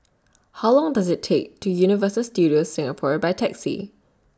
How Long Does IT Take to Universal Studios Singapore By Taxi